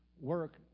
work